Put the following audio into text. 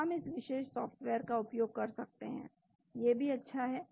तो हम इस विशेष सॉफ्टवेयर का उपयोग कर सकते हैं यह अभी भी अच्छा है